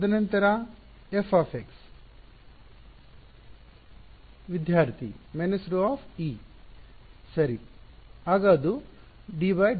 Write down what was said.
ತದನಂತರ f ವಿದ್ಯಾರ್ಥಿ − ρε